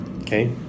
Okay